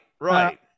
Right